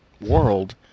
world